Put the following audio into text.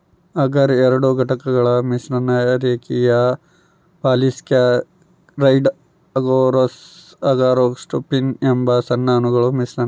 ಅಗರ್ ಎರಡು ಘಟಕಗಳ ಮಿಶ್ರಣ ರೇಖೀಯ ಪಾಲಿಸ್ಯಾಕರೈಡ್ ಅಗರೋಸ್ ಅಗಾರೊಪೆಕ್ಟಿನ್ ಎಂಬ ಸಣ್ಣ ಅಣುಗಳ ಮಿಶ್ರಣ